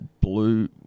Blue